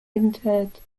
interred